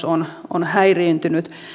on on häiriintynyt